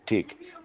ठीक है